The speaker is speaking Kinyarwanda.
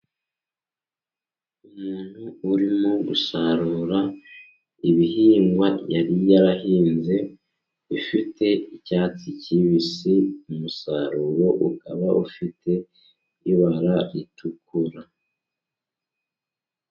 Umuntu urimo gusarura ibihingwa yari yarahinze, bifite icyatsi kibisi, umusaruro ukaba ufite ibara ritukura.